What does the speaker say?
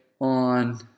on